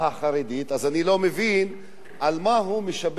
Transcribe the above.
אז אני לא מבין על מה הוא משבח את הממשלה,